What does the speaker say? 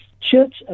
church